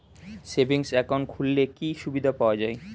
Savings account খুললে কি সুবিধা পাওয়া যায়?